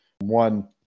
One